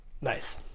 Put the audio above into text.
nice